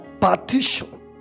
partition